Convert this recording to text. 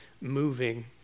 moving